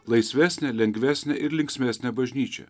laisvesnę lengvesnę ir linksmesnę bažnyčią